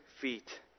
feet